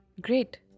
Great